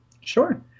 Sure